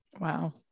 Wow